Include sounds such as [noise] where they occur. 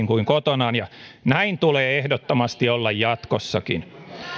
[unintelligible] kuin kotonaan ja näin tulee ehdottomasti olla jatkossakin